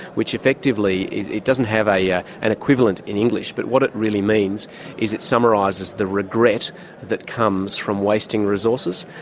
which effectively, it doesn't have ah yeah an equivalent in english, but what it really means is it summarises the regret that comes from wasting resources.